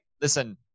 listen